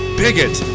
bigot